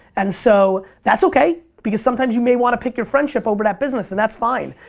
and so, that's okay because some times you may want to pick your friendship over that business and that's fine.